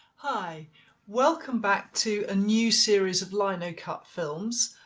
hi welcome back to a new series of linocut films,